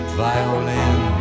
violin